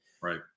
Right